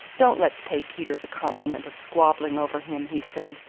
don't let's pay peter the compliment of squabbling over him, he said,